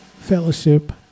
fellowship